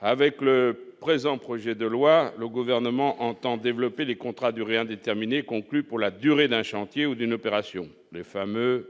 avec le présent projet de loi, le gouvernement entend développer les contrats Durée indéterminée conclu pour la durée d'un chantier ou d'une opération les femmes.